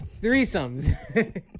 threesomes